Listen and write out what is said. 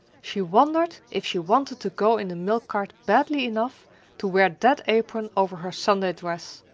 she wondered if she wanted to go in the milk cart badly enough to wear that apron over her sunday dress!